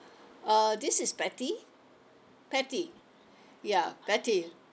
uh this is patty patty ya patty